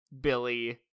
Billy